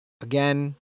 again